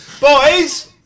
boys